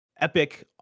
epic